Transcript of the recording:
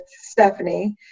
Stephanie